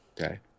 Okay